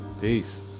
peace